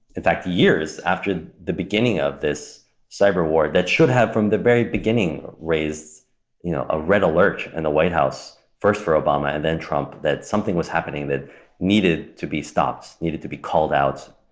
in fact, years after the beginning of this cyberwar that should have, from the very beginning raised you know a red alert in and the white house, first for obama and then trump, that something was happening that needed to be stopped, needed to be called out,